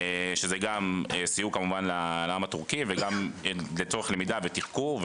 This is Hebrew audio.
שסייעו כמובן לעם הטורקי וגם לצורך למידה ותחקור.